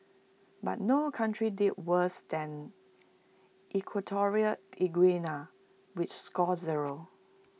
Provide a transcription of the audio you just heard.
but no country did worse than equatorial Guinea which scored zero